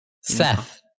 Seth